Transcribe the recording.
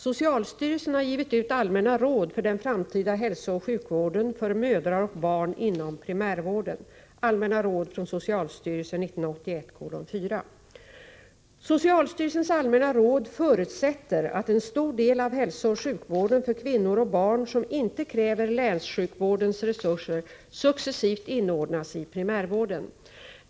Socialstyrelsens allmänna råd förutsätter att en stor del av hälsooch sjukvården för kvinnor och barn som inte kräver länssjukvårdens resurser successivt inordnas i primärvården.